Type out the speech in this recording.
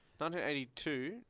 1982